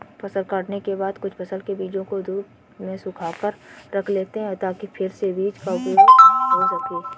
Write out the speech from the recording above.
फसल काटने के बाद कुछ फसल के बीजों को धूप में सुखाकर रख लेते हैं ताकि फिर से बीज का उपयोग हो सकें